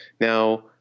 Now